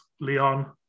Leon